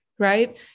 right